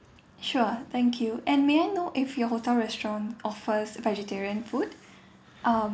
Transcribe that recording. sure thank you and may I know if your hotel restaurant offers vegetarian food um